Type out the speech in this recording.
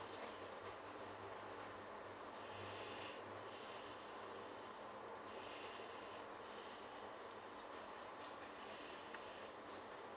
I